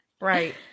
Right